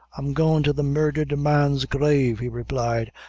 i'm goin' to the murdhered man's grave, he replied,